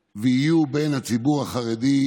אחריו, בנימין נתניהו אחריו,